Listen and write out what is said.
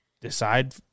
decide